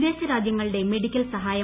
വിദേശരാജ്യങ്ങളുടെ medical സഹായം